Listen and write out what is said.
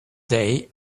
day